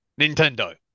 Nintendo